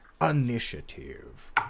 initiative